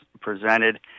presented